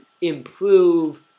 improve